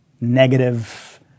negative